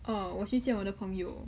oh 我去见我的朋友